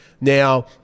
Now